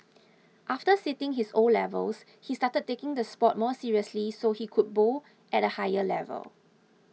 after sitting his O levels he started taking the sport more seriously so he could bowl at a higher level